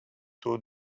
two